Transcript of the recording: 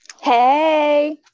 Hey